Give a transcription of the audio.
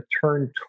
turn